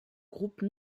groupe